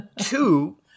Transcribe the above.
Two